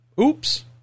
Oops